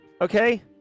Okay